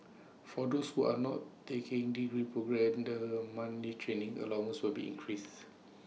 for those who are not taking degree programme the monthly training allowances will be increases